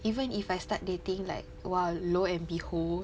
even if I start dating like while lo and behold